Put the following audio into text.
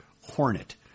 Hornet